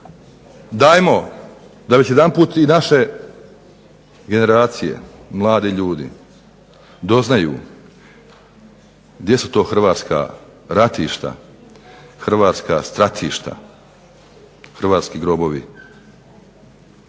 dajmo da već jedanput i naše generacije mladi ljudi doznaju gdje su to hrvatska ratišta, hrvatska stratišta, hrvatski grobovi.